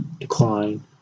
Decline